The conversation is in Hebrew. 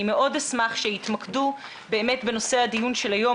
מאוד אשמח שיתמקדו בנושא הדיון של היום.